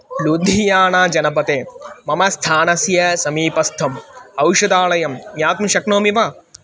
लूधियाना जनपदे मम स्थानस्य समीपस्थम् औषधालयं ज्ञातुं शक्नोमि वा